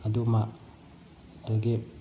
ꯑꯗꯨꯃ ꯑꯗꯒꯤ